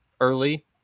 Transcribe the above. early